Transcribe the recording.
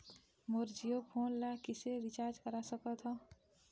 मोर Jio phone ला किसे recharge करा सकत हवं?